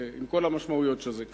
עם כל המשמעויות של זה.